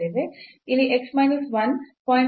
ಇಲ್ಲಿ x minus 1 0